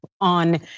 on